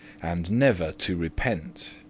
and never to repent.